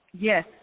Yes